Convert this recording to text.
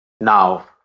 now